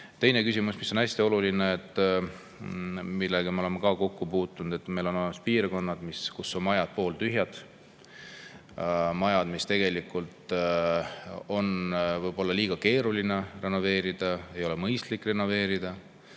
Teine küsimus, mis on hästi oluline ja millega me oleme ka kokku puutunud. Meil on olemas piirkonnad, kus majad on pooltühjad. Need on majad, mida tegelikult on võib-olla liiga keeruline renoveerida ja ei ole ka mõistlik renoveerida.